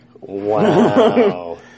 Wow